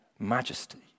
majesty